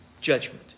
judgment